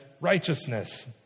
righteousness